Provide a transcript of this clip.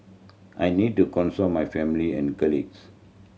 I need to consult my family and colleagues